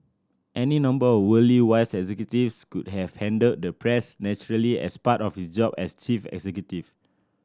any number of worldly wise executives could have handled the press naturally as part of his job as chief executive